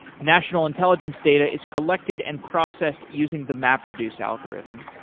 national intelligence data is collected and processed using the map reduce algorithm.